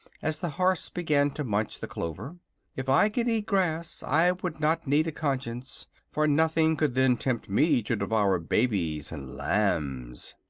as the horse began to munch the clover if i could eat grass i would not need a conscience, for nothing could then tempt me to devour babies and lambs.